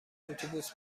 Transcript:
اتوبوس